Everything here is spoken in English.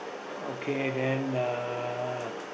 okay then uh